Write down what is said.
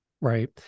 Right